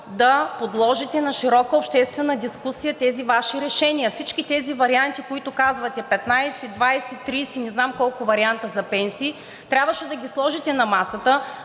да подложите на широка обществена дискусия тези Ваши решения. Всичките тези варианти, които казвате – 15, 20, 30 и не знам колко варианта за пенсии, трябваше да ги сложите на масата